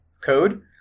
code